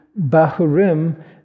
Bahurim